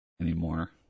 anymore